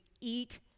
eat